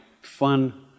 fun